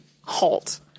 halt